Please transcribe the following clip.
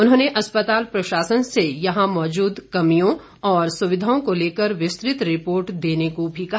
उन्होंने अस्पताल प्रशासन से यहां मौजूद कमियों और सुविधाओं को लेकर विस्तृत रिपोर्ट देने को भी कहा